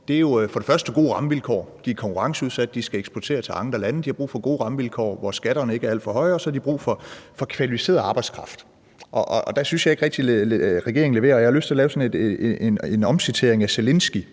er jo for det første gode rammevilkår. De er konkurrenceudsat, de skal eksportere til andre lande, og de har brug for gode rammevilkår, hvor skatterne ikke er alt for høje. Og for det andet har de brug for kvalificeret arbejdskraft. Der synes jeg ikke rigtig, regeringen leverer, og jeg har lyst til at lave sådan en omskrivning af et